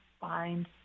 find